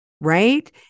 right